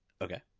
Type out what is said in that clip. Okay